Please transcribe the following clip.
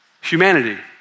Humanity